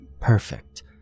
perfect